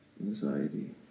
anxiety